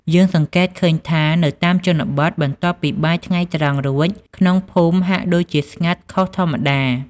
យើងសង្កេតឃើញថា នៅតាមជនបទ បន្ទាប់ពីបាយថ្ងៃត្រង់រួច ក្នុងភូមិហាក់ដូចជាស្ងាត់ខុសធម្មតា។